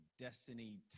destiny